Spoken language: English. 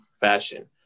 fashion